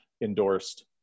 endorsed